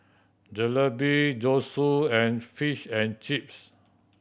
Jalebi Zosui and Fish and Chips